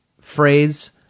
phrase